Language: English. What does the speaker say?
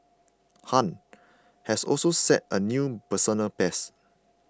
Han has also set a new personal best